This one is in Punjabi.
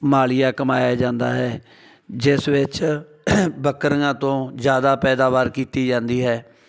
ਮਾਲੀਆ ਕਮਾਇਆ ਜਾਂਦਾ ਹੈ ਜਿਸ ਵਿੱਚ ਬੱਕਰੀਆਂ ਤੋਂ ਜ਼ਿਆਦਾ ਪੈਦਾਵਾਰ ਕੀਤੀ ਜਾਂਦੀ ਹੈ